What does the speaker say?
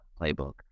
playbook